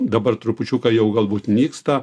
dabar trupučiuką jau galbūt nyksta